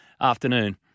afternoon